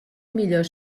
millor